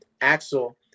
Axel